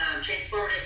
transformative